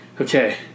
okay